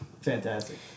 fantastic